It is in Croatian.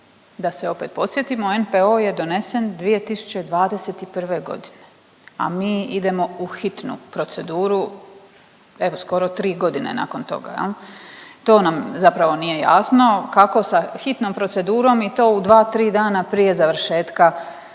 Da se opet podsjetimo, NPOO je donesen 2021. g., a mi idemo u hitnu proceduru evo skoro 3 godine nakon toga, je li? To nam, zapravo nije jasno, kako sa hitnom procedurom i to u 2, 3 dana prije završetka